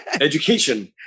education